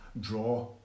draw